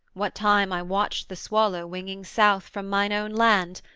what time i watched the swallow winging south from mine own land,